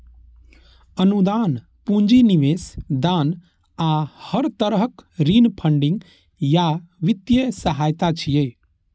अनुदान, पूंजी निवेश, दान आ हर तरहक ऋण फंडिंग या वित्तीय सहायता छियै